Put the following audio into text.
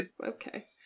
Okay